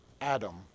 Adam